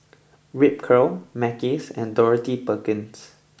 Ripcurl Mackays and Dorothy Perkins